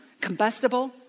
combustible